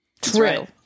True